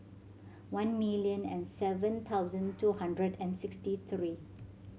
one million and seven thousand two hundred and sixty three